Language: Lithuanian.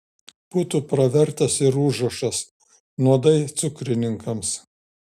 būtų pravertęs ir užrašas nuodai cukrininkams